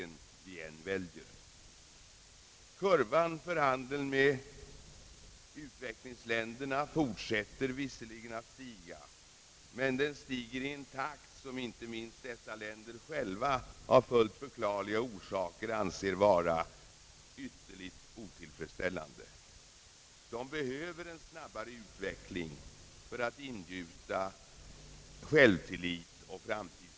Kurvan för handeln med utvecklingsländerna fortsätter visserligen att stiga men i en takt som inte minst dessa länder själva av förklarliga skäl anser vara ytterligt otillfredsställande. De behöver en snabbare utveckling för att ingjutas självtillit och framtidstro.